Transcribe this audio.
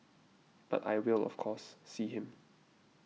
but I will of course see him